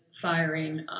firing